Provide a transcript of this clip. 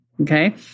Okay